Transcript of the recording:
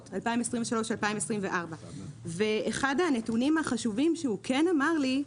2024-2023. אחד הנתונים החשובים שהוא אמר לי,